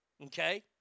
okay